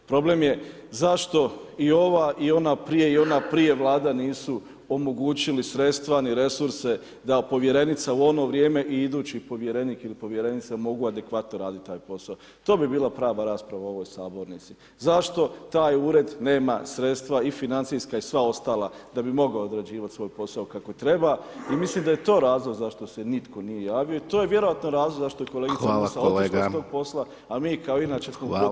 Problem je zašto i ova i ona prije i ona prije Vlada nisu omogućili sredstva ni resurse da povjerenica u ono vrijeme i idući povjerenik ili povjerenik, mogu adekvatno raditi taj posao, to bi bila prava rasprava u ovoj sabornici, zašto taj ured nema sredstva i financijska i sva ostala da bi mogao odrađivati svoj posao kako treba i mislim da je to razlog zašto se nitko nije javio, to je vjerojatno razlog zašto kolegica Musa otišla sa tog posla a mi kao i inače u potpunosti promašimo